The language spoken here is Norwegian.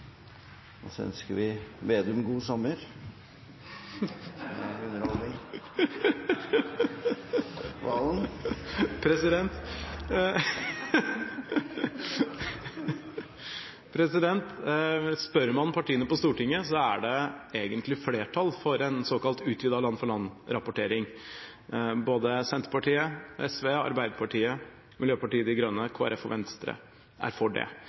Og så ønsker vi representanten Slagsvold Vedum god sommerunderholdning! Spør man partiene på Stortinget, er det egentlig flertall for en såkalt utvidet land-for-land-rapportering. Både Senterpartiet, SV, Arbeiderpartiet, Miljøpartiet De Grønne, Kristelig Folkeparti og Venstre er for det.